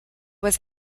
was